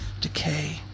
decay